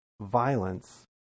violence